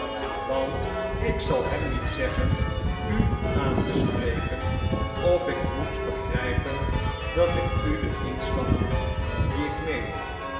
want ik zal hem niet zeggen u aan te spreken of ik moet begrhpen dat ik u den dienst kan doen dien ik meen